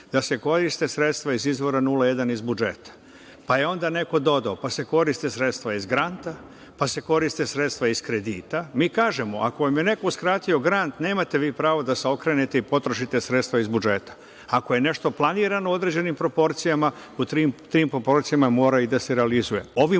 da se koriste sredstva iz izvora 01 iz budžeta, pa je onda neko dodao - pa se koriste sredstva iz granta, pa se koriste sredstva iz kredita, mi kažemo - ako vam je neko uskratio grant, nemate vi pravo da se okrenete i potrošite sredstva iz budžeta. Ako je nešto planirano određenim proporcijama, u tim proporcijama mora i da se realizuje.